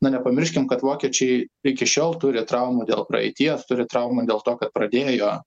na nepamirškim kad vokiečiai iki šiol turi traumų dėl praeities turi traumų dėl to kad pradėjo